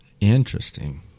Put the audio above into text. Interesting